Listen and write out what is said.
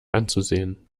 anzusehen